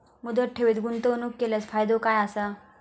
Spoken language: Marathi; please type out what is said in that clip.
मुदत ठेवीत गुंतवणूक केल्यास फायदो काय आसा?